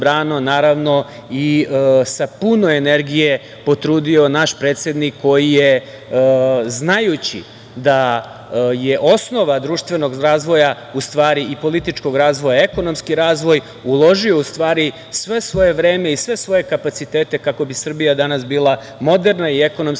dobrano i sa puno energije potrudio naš predsednik, koji je znajući da je osnova društvenog razvoja, u stvari, i političkog razvoja, ekonomski razvoj, uložio sve svoje vreme i sve svoje kapacitete kako bi Srbija bila moderna i ekonomski